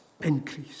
increase